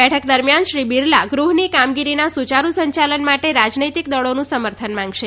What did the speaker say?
બેઠક દરમિયાન શ્રી બિરલા ગૃહની કામગીરીના સુચારૂ સંચાલન માટે રાજનૈતિક દળોનુ સમર્થન માંગશે